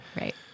Right